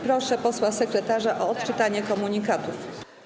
Proszę posła sekretarza o odczytanie komunikatów.